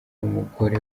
n’umugore